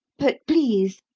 but please!